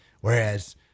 Whereas